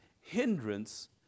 hindrance